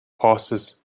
passes